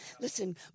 Listen